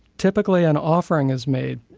typically an offering is made,